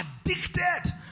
addicted